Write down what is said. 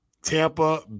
Tampa